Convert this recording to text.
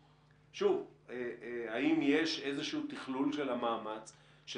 שוב: האם יש איזשהו תכלול של המאמץ של